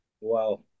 Wow